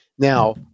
Now